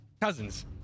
Cousins